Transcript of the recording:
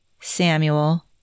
Samuel